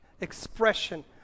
expression